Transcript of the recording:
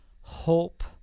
hope